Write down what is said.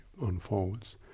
unfolds